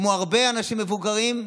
כמו הרבה אנשים מבוגרים,